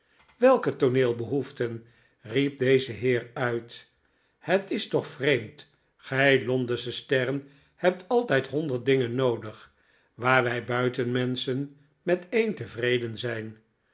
welke tooneelbehoeften riep deze heer uit het is toch vreemd gij londensche sterren hebt altijd honderd dingen noodig waar wij buitenmenschen met een tevreden zijn